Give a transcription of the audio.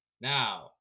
now